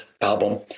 album